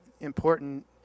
important